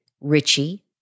Richie